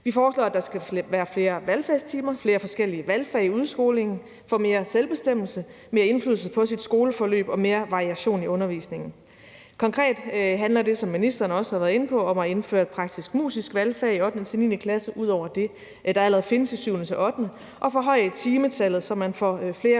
Vi foreslår, at der skal være flere valgfagstimer, flere forskellige valgfag i udskolingen, mere selvbestemmelse, mere indflydelse på sit skoleforløb og mere variation i undervisningen. Konkret handler det, som ministeren også har været inde på, om at indføre et praktisk-musisk valgfag i 8.-9. klasse ud over det, der allerede findes i 7.-8. klasse, og forhøje timetallet, så man får flere